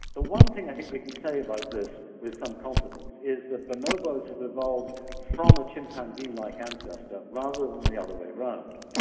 the one thing i think we can say about this with some confidence is that bonobos have evolved from a chimpanzee-like ancestor rather than the other way round.